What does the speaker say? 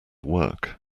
work